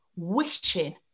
Wishing